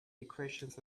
equations